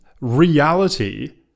reality